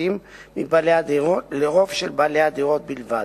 מבעלי הדירות לרוב של בעלי הדירות בלבד.